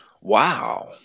Wow